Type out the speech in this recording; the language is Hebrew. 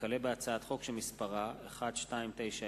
וכלה בהצעת חוק שמספרה פ/1290/18